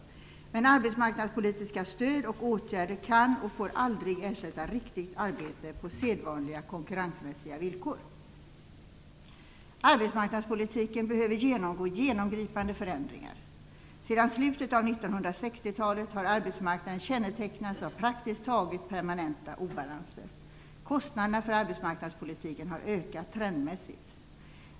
Men arbetsmarknadspolitiska stödåtgärder får aldrig ersätta riktigt arbete på sedvanliga, konkurrensmässiga villkor. Arbetsmarknadspolitiken behöver genomgå genomgripande förändringar. Sedan slutet av 1960 talet har arbetsmarknaden kännetecknats av praktiskt taget permanenta obalanser. Kostnaderna för arbetsmarknadspolitiken har ökat trendmässigt.